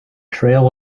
trail